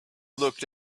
looked